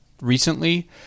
recently